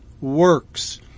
works